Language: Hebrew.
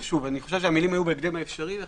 המילים היו בהקדם האפשרי.